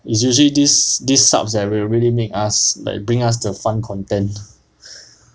is usually these these subs that will really make us like bring us the fun content